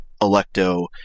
Electo